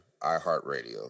iHeartRadio